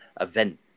event